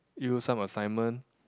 you some assignment